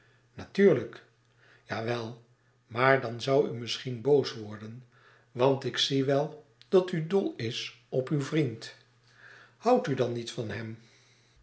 ja wel maar dan zoû u misschien boos worden want ik zie wel dat u dol is op uw vriend houdt u dan niet van hem